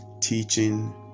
teaching